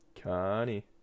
Connie